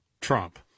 Trump